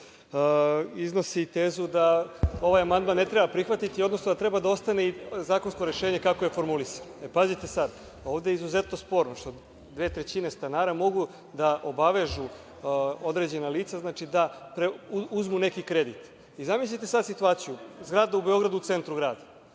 iznosi tezu da ovaj amandman ne treba prihvatiti, odnosno da treba da ostane zakonsko rešenje kako je formulisano. Pazite sad, ovde je izuzetno sporno što dve trećine stanara mogu da obavežu određena lica da uzmu neki kredit. Zamislite sad situaciju, zgrada u Beogradu, u centru grada,